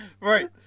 Right